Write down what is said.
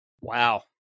Wow